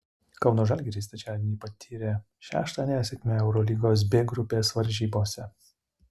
kauno žalgiris trečiadienį patyrė šeštą nesėkmę eurolygos b grupės varžybose